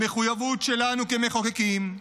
המחויבות שלנו כמחוקקים,